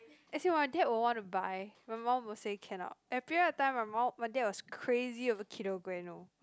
as in my dad were want to buy my mum were say cannot appear that time my mum my dad was crazy over Kinder Bueno